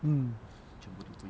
mm